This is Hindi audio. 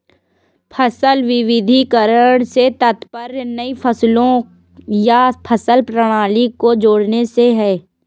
फसल विविधीकरण से तात्पर्य नई फसलों या फसल प्रणाली को जोड़ने से है